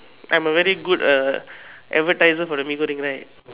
I'm a very good uh advertiser for the Mee-Goreng right